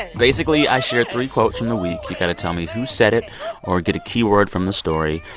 basically, i share three quotes from the week. you got to tell me who said it or get a key word from the story.